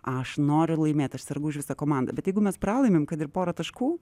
aš noriu laimėt aš sergu už visą komandą bet jeigu mes pralaimim kad ir pora taškų